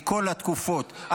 מכל התקופות,